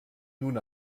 nun